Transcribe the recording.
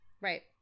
Right